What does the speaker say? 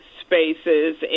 spaces